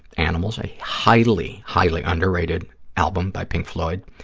animals, a highly, highly underrated album by pink floyd.